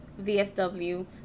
VFW